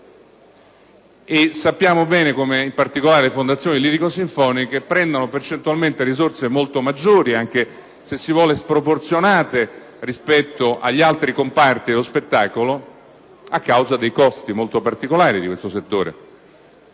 e sappiamo bene come, in particolare, le fondazioni lirico-sinfoniche ricevano percentualmente risorse molto maggiori - se si vuole anche sproporzionate - rispetto agli altri comparti dello spettacolo a causa dei costi molto particolari di questo settore.